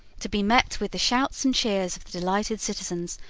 to be met with the shouts and cheers of the delighted citizens,